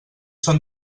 són